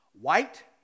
white